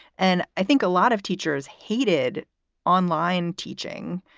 and i think a lot of teachers hated online teaching.